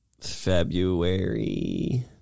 February